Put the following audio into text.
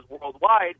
worldwide